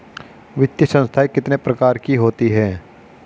वित्तीय संस्थाएं कितने प्रकार की होती हैं?